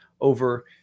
over